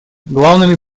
главными